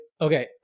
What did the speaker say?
Okay